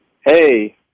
Hey